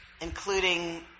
including